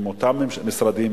עם אותם משרדים,